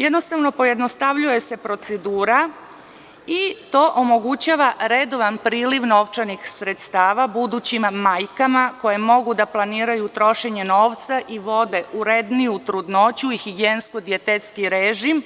Jednostavno, pojednostavljuje se procedura i to omogućava redovan priliv novčanih sredstava budućim majkama koje mogu da planiraju trošenje novca i vode uredniju trudnoću i higijensko dijetetski režim,